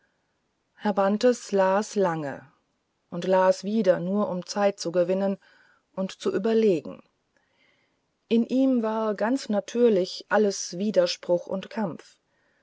bantes las lange und las wieder nur um zeit zu gewinnen und zu überlegen in ihm war ganz natürlich alles widerspruch und kampf